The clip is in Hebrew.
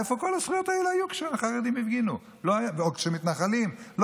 איפה כל הזכויות האלה היו כשהחרדים או המתנחלים הפגינו?